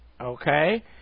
okay